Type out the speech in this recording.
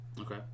Okay